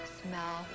smell